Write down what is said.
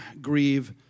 grieve